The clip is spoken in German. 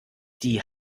die